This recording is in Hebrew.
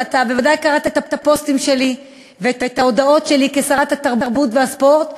ואתה ודאי קראת את הפוסטים שלי ואת ההודעות שלי כשרת התרבות והספורט,